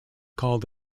called